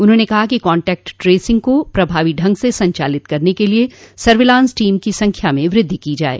उन्होंने कहा कि कांटेक्ट ट्रेसिंग को प्रभावी ढंग से संचालित करने के लिये सर्विलांस टीम की संख्या में वृद्धि की जाये